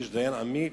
ויש דיין עמית,